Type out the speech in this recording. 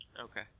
Okay